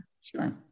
Sure